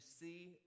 see